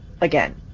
again